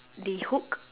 the hook